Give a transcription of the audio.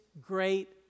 great